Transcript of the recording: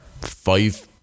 five